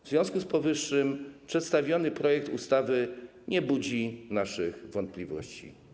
W związku z powyższym przedstawiony projekt ustawy nie budzi naszych wątpliwości.